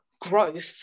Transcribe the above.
growth